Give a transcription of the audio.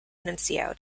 nuncio